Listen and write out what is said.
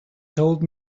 told